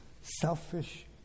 selfish